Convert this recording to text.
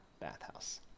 bathhouse